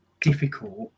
difficult